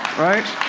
right?